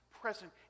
present